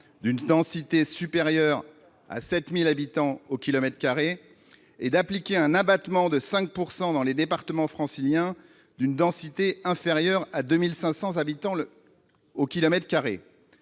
d'une densité supérieure à 7 000 habitants au kilomètre carré et d'appliquer un abattement de 5 % dans les départements franciliens d'une densité inférieure à 2 500 habitants au kilomètre carré.